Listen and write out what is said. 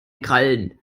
krallen